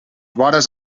vores